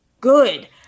good